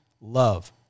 love